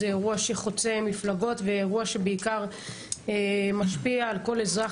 זה אירוע שחוצה מפלגות ושבעיקר משפיע על כל אזרח